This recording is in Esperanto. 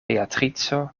beatrico